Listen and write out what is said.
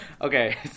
Okay